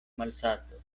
malsatos